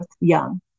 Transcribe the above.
young